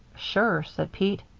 sure, said pete.